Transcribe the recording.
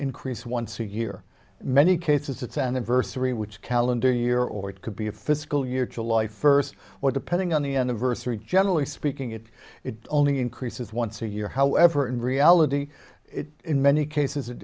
increase once a year many cases it's anniversary which calendar year or it could be a fiscal year july first or depending on the anniversary generally speaking it it only increases once a year however in reality it in many cases it